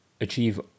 achieve